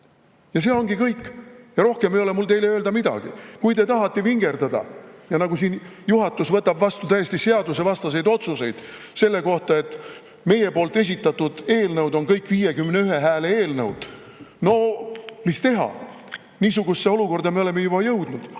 Ja see ongi kõik. Rohkem ei ole mul teile öelda midagi. Kui te tahate vingerdada – nagu siin juhatus võtab vastu täiesti seadusevastaseid otsuseid selle kohta, et meie esitatud eelnõud on kõik 51 hääle eelnõud –, no mis teha! Niisugusesse olukorda me oleme juba jõudnud.